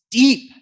deep